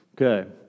Okay